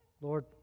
Lord